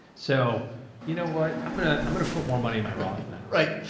so you know what i'm going to, i'm going to put more money in my roth now, right?